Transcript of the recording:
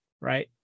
Right